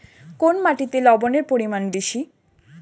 কোন মাটিতে লবণের পরিমাণ বেশি?